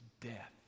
death